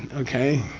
okay?